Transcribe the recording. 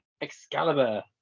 Excalibur